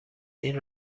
این